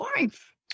life